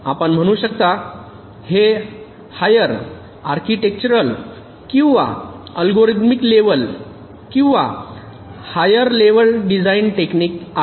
आपण म्हणू शकता हे हायर आर्किटेक्चरल किंवा अल्गोरिदम लेव्हल किंवा हायर लेव्हल डिझाइन टेक्निक आहेत